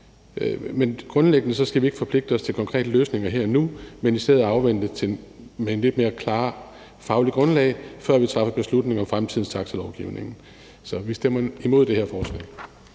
Men grundlæggende skal vi ikke forpligte os til konkrete løsninger her og nu, men i stedet afvente et lidt mere klart fagligt grundlag, før vi træffer beslutninger om fremtidens taxalovgivning. Så vi stemmer imod det her forslag.